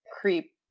creep